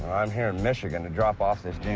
i'm here in michigan to drop off this